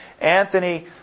Anthony